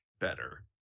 better